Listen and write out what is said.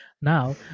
now